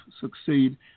succeed